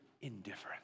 indifference